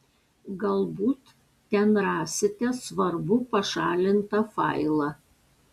galbūt ten rasite svarbų pašalintą failą